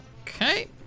Okay